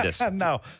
No